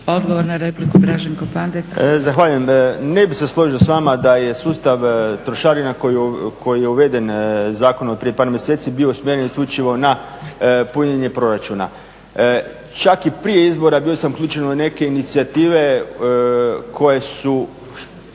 **Pandek, Draženko (SDP)** Zahvaljujem. Ne bih se složio s vama da je sustav trošarina koji je uveden zakonom od prije par mjeseci bio usmjeren isključivo na punjenje proračuna. Čak i prije izbora bio sam uključen u neke inicijative koje su